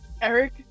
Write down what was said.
Eric